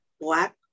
black